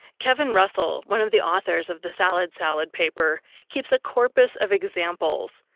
kevin russell, one of the authors of the salad-salad paper keeps a corpus of examples,